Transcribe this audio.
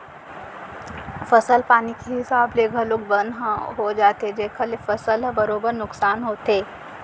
फसल पानी के हिसाब ले घलौक बन ह हो जाथे जेकर ले फसल ह बरोबर नुकसान होथे